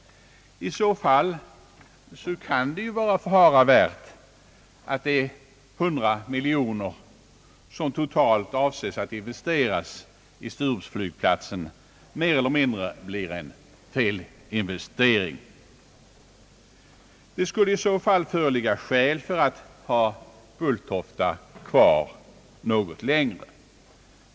I så fall kan det ju vara fara värt att de 100 miljoner kronor, som totalt avses bli investerade i Sturupflygplatsen, mer eller mindre blir en felinvestering. Det skulle ur den synpunkten måhända förligga skäl för att ha Bulltofta kvar något längre.